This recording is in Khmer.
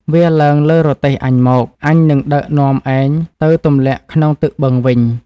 វារឡើងលើទេះអញមក អញនឹងដឹកនាំឯងទៅទម្លាក់ក្នុងទឹកបឹងវិញ។